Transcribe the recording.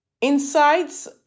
insights